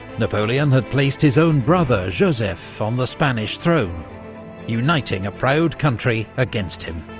napoleon had placed his own brother joseph on the spanish throne uniting a proud country against him.